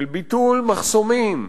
של ביטול מחסומים,